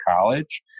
college